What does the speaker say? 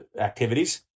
activities